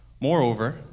Moreover